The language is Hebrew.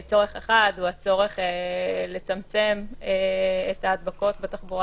צורך אחד הוא הצורך לצמצם את ההדבקות בתחבורה